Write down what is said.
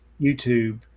YouTube